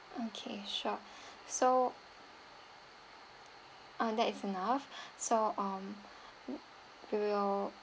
okay sure so ah that is enough so um we will